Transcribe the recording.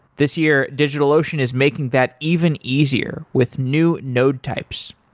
this year, digitalocean is making that even easier with new node types.